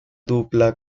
dupla